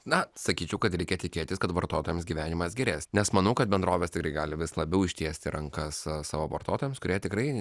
na sakyčiau kad reikia tikėtis kad vartotojams gyvenimas gerės nes manau kad bendrovės tikrai gali vis labiau ištiesti rankas savo vartotojams kurie tikrai